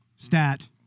Stat